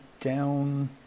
down